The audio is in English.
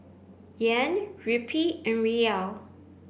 Yen Rupee and Riel